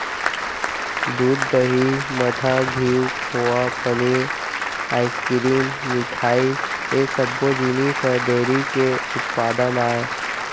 दूद, दही, मठा, घींव, खोवा, पनीर, आइसकिरिम, मिठई ए सब्बो जिनिस ह डेयरी के उत्पादन आय